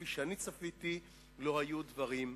כפי שאני צפיתי: לא היו דברים מעולם.